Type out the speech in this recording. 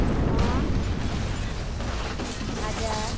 ন হাজার